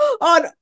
on